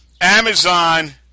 amazon